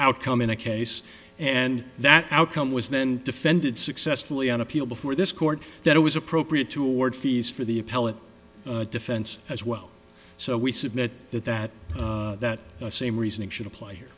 outcome in a case and that outcome was then defended successfully on appeal before this court that it was appropriate to award fees for the appellate defense as well so we submit that that that same reasoning should apply here